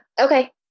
Okay